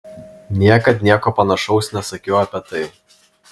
niekad nieko panašaus nesakiau apie tai